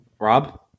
Rob